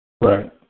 Right